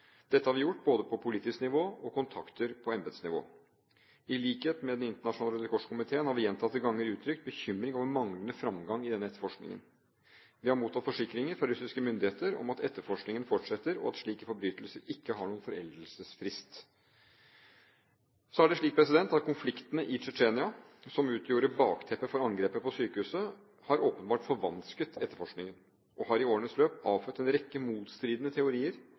Dette har vi gjort både på politisk nivå og ved kontakter på embetsnivå. I likhet med Den Internasjonale Røde Kors-komiteen har vi gjentatte ganger uttrykt bekymring over manglende fremgang i denne etterforskningen. Vi har mottatt forsikringer fra russiske myndigheter om at etterforskningen fortsetter, og at slike forbrytelser ikke har noen foreldelsesfrist. Konfliktene i Tsjetsjenia, som utgjorde bakteppet for angrepet på sykehuset, har åpenbart forvansket etterforskningen, og har i årenes løp avfødt en rekke motstridende teorier